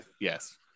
yes